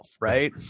right